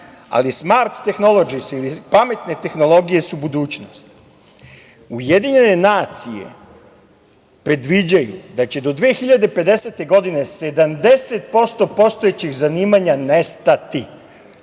ali smart tehnolodžis ili pametne tehnologije su budućnost. Ujedinjene nacije predviđaju da će do 2050. godine 70% postojećih zanimanja nestati.